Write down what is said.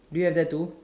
do you have that too